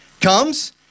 comes